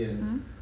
mmhmm